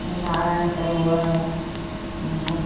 Narayan Sarovar मुकि